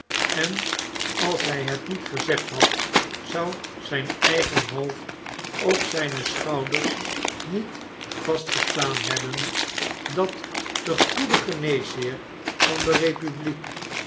en als hg het niet gezegd had zou zjjn eigen hoofd op zijne schouders niet vastgestaan hebben dat de goede geneesheer van de eepubliek